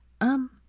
Um